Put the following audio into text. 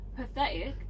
pathetic